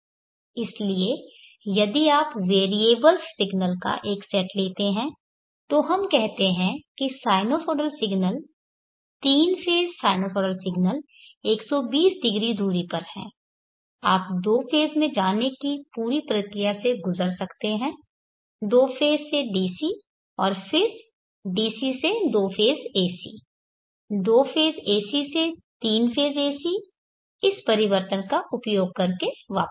इसलिए यदि आप वेरिएबल्स सिग्नल्स का एक सेट लेते हैं तो हम कहते हैं कि sinusoidal signal 3 phase sinusoidal signal 120 degree दूरी पर है आप दो फेज़ में जाने की पूरी प्रक्रिया से गुजर सकते हैं दो फेज़ से DC और फिर DC से दो फेज़ AC दो फेज़ AC से 3 फेज़ AC इस परिवर्तन का उपयोग करके वापस